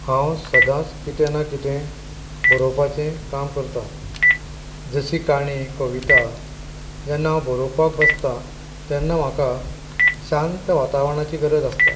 हांव सदांच किदें ना किदें बरोपाचें काम करतां जशें काणी कविता जेन्ना हांव बरोपाक बसता तेन्ना म्हाका शांत वातावरणाची गरज आसता